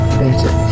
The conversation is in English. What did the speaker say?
better